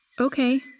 Okay